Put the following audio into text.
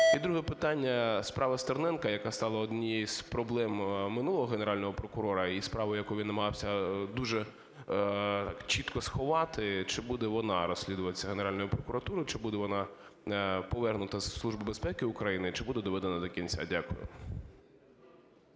І друге питання. Справа Стерненка, яка стала однією з проблемою минулого Генерального прокурора, і справа, яку він намагався дуже чітко сховати, чи буде вона розслідуватись Генеральною прокуратурою? Чи буде вона повернута зі Служби безпеки України? Чи буде доведена до кінця? Дякую.